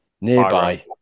nearby